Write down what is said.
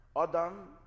Adam